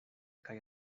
kaj